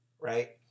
right